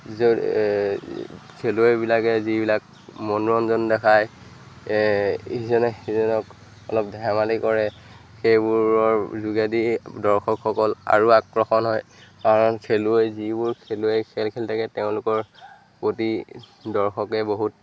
খেলুৱৈবিলাকে যিবিলাক মনোৰঞ্জন দেখায় ইজনে সিজনক অলপ ধেমালি কৰে সেইবোৰৰ যোগেদি দৰ্শকসকল আৰু আকৰ্ষণ হয় কাৰণ খেলুৱৈ যিবোৰ খেলুৱৈ খেল খেলি থাকে তেওঁলোকৰ প্ৰতি দৰ্শকে বহুত